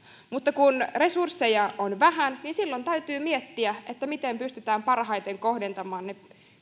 mutta kun resursseja on vähän niin silloin täytyy miettiä miten pystytään parhaiten kohdentamaan ne